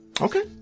Okay